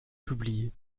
publiés